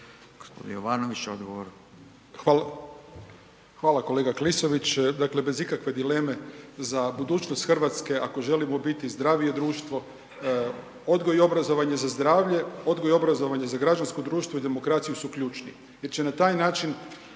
**Jovanović, Željko (SDP)** Hvala kolega Klisović. Dakle bez ikakve dileme za budućnost Hrvatske ako želimo biti zdravije društvo, odgoj i obrazovanje za zdravlje, odgoj i obrazovanje za građansko društvo i demokraciju su ključni